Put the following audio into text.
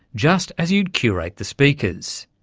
just as you'd curate the speakers.